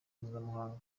mpuzamahanga